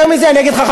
יותר מזה אני אגיד לך,